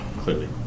clearly